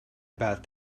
about